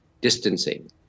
distancing